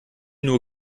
nur